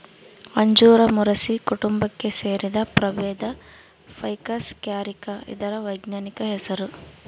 ಅಂಜೂರ ಮೊರಸಿ ಕುಟುಂಬಕ್ಕೆ ಸೇರಿದ ಪ್ರಭೇದ ಫೈಕಸ್ ಕ್ಯಾರಿಕ ಇದರ ವೈಜ್ಞಾನಿಕ ಹೆಸರು